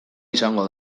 izango